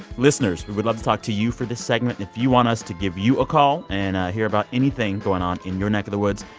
listeners, we would love to talk to you for this segment. if you want us to give you a call and hear about anything going on in your neck of the woods,